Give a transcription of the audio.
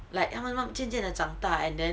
like 他们渐渐的长大 and then